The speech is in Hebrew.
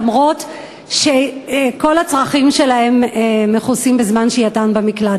אף שכל הצרכים שלהן מכוסים בזמן שהייתן במקלט.